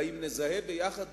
האם נזהה יחד